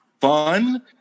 fun